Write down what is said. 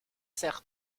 sert